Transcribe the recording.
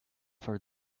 for